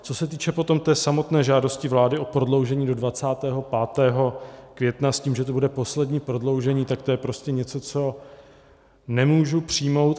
Co se týče potom té samotné žádosti vlády o prodloužení do 25. května s tím, že to bude poslední prodloužení, tak to je prostě něco, co nemůžu přijmout.